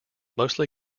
mostly